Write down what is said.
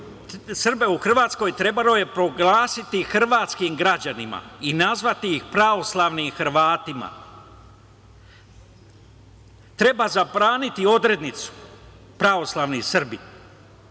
Srbe u Hrvatskoj, trebalo je proglasiti hrvatskim građanima i nazvati ih pravoslavnim hrvatima, treba zabraniti odrednicu pravoslavni Srbi,